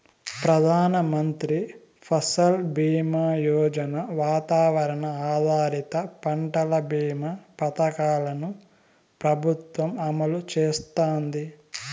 ప్రధాన మంత్రి ఫసల్ బీమా యోజన, వాతావరణ ఆధారిత పంటల భీమా పథకాలను ప్రభుత్వం అమలు చేస్తాంది